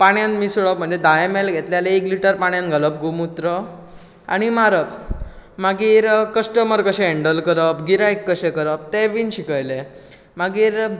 पाण्यांत मिसळप म्हणजे धा एम एल घेतलें जाल्यार एक लिटर पाण्यांत घालप गोमुत्र आणी मारप मागीर कश्टमर कशें हेंडल करप गिरायक कशें करप तें बी शिकयलें मागीर